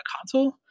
console